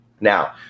now